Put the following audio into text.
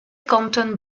compton